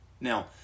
Now